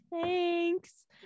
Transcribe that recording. thanks